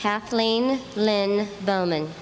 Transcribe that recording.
kathleen lynne bowman